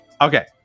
okay